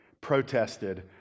protested